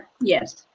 Yes